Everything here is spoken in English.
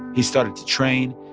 he started to train,